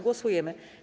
Głosujemy.